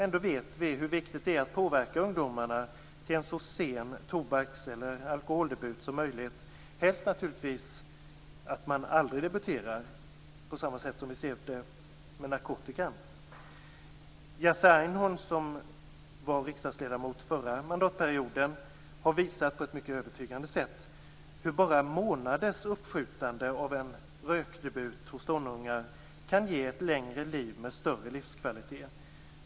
Ändå vet vi hur viktigt det är att påverka ungdomarna till en så sen tobaks eller alkoholdebut som möjligt - helst naturligtvis att de aldrig debuterar. Detsamma gäller narkotika. Jerzy Einhorn, riksdagsledamot under förra mandatperioden, har visat på ett mycket övertygande sätt hur bara månaders uppskjutande av en rökdebut hos tonåringar kan ge ett längre liv med större livskvalitet.